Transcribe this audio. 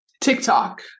TikTok